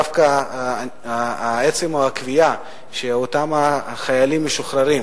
דווקא עצם הקביעה שאותם חיילים משוחררים